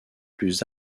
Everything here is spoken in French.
plus